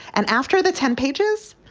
and after the ten pages,